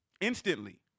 instantly